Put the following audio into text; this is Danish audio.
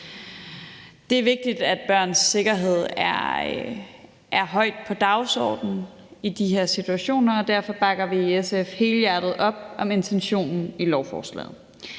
Det er vigtigt, at børns sikkerhed er højt på dagsordenen i de her situationer, og derfor bakker vi i SF helhjertet op om intentionen i lovforslaget.